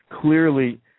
Clearly